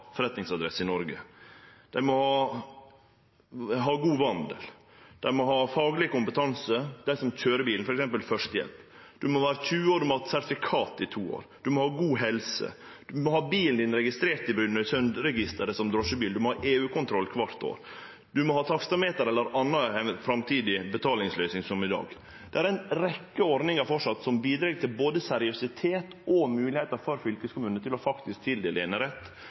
forretningsadresse i Noreg. Dei må ha god vandel. Den som køyrer bilen, må ha fagleg kompetanse, f.eks. på førstehjelp. Ein må vere minst 20 år. Ein må ha hatt sertifikat i minst to år. Ein må ha god helse. Ein må ha bilen sin registrert i Brønnøysundregistra som drosjebil. Ein må ha EU-kontroll kvart år. Ein må ha taksameter eller anna framtidig betalingsløysing – som i dag. Det er framleis ei rekkje ordningar som bidreg til både seriøsitet og moglegheit for fylkeskommunane til å tildele